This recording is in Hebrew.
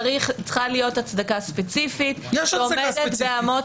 צריכה להיות הצדקה ספציפית ועומדת באמות